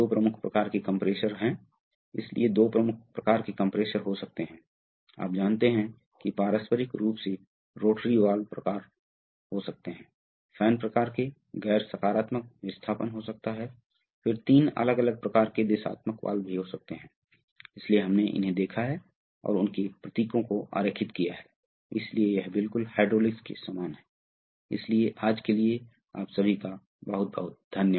विशेष रूप से फीडबैक कैसे काम करता है हमारे वाल्व के पायलट संचालन की आवश्यकता क्यों है क्या आप कुछ वास्तविक अनुप्रयोग के बारे में सोच सकते हैं और एक प्रवाह नियंत्रण वाल्व के संचालन की व्याख्या कर सकते हैं यह दिलचस्प है कि कैसे प्रवाह को एक यांत्रिक व्यवस्था द्वारा दबाव भिन्नता के बावजूद नियंत्रित किया जाता है जो आज हमें हमारे पाठ के अंत में लाता है आपको बहुत बहुत धन्यवाद